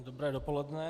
Dobré dopoledne.